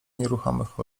nieruchomych